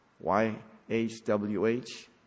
Y-H-W-H